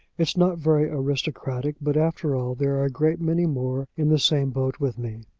it's not very aristocratic, but, after all, there are a great many more in the same boat with me.